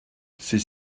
c’est